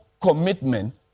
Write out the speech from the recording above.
commitment